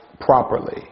properly